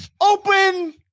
open